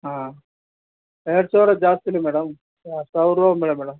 ಹಾಂ ಎರಡು ಸಾವಿರ ಜಾಸ್ತಿಯೇ ಮೇಡಮ್ ಮೇಡಮ್